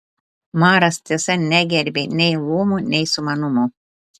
maras tiesa negerbė nei luomų nei sumanumo